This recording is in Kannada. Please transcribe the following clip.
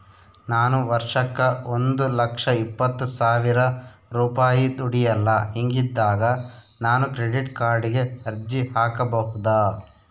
ನಾನು ವರ್ಷಕ್ಕ ಒಂದು ಲಕ್ಷ ಇಪ್ಪತ್ತು ಸಾವಿರ ರೂಪಾಯಿ ದುಡಿಯಲ್ಲ ಹಿಂಗಿದ್ದಾಗ ನಾನು ಕ್ರೆಡಿಟ್ ಕಾರ್ಡಿಗೆ ಅರ್ಜಿ ಹಾಕಬಹುದಾ?